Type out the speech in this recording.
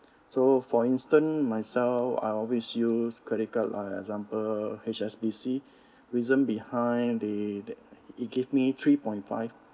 so for instance myself I always use credit card lah example H_S_B_C reason behind they that it give me three point five